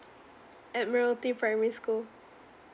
admiralty primary school